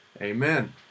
Amen